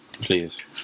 please